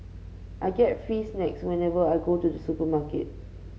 I get free snacks whenever I go to the supermarket